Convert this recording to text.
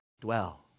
dwell